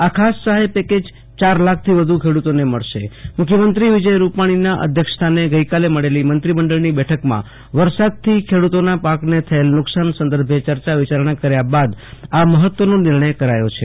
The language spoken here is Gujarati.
આ ખાસ સહાય પેકેજ ચાર લાખ થી વધુ પેડુતોને મળશે મુખ્યમંત્રી વિજય રૂપાણીના અધ્યક્ષસ્થાને ગઈકાલે મળેલી મંત્રીમંડળની બેઠકમાં વરસાદથી ખેડુતોના પાકને થયેલ નુકસાન સંદર્ભે ચર્ચા વિયારણા કર્યા બાદ આ મહત્વનો નિર્ણય કરાયો છે